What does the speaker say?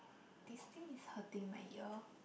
this thing is hurting my ear